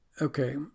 Okay